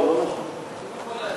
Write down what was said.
לא, לא נכון.